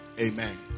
amen